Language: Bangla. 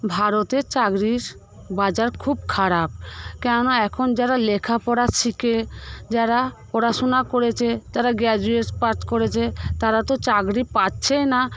ভারতের চাকরির বাজার খুব খারাপ কেননা এখন যারা লেখাপড়া শিখে যারা পড়াশুনা করেছে তারা গ্রাজুয়েট পাস করেছে তারা তো চাকরি পাচ্ছেই না